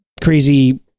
crazy